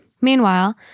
Meanwhile